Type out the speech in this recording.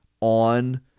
on